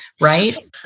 right